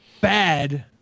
bad